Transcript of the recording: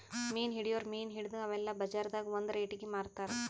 ಮೀನ್ ಹಿಡಿಯೋರ್ ಮೀನ್ ಹಿಡದು ಅವೆಲ್ಲ ಬಜಾರ್ದಾಗ್ ಒಂದ್ ರೇಟಿಗಿ ಮಾರ್ತಾರ್